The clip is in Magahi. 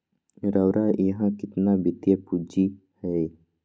रउरा इहा केतना वित्तीय पूजी हए